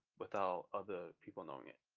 without other people knowing it.